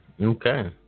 Okay